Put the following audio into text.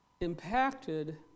impacted